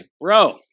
bro